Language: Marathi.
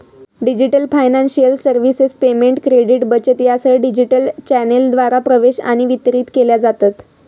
digital financial services payment, credit, बचत यासह डिजिटल चॅनेलद्वारा प्रवेश आणि वितरित केल्या जातत